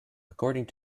according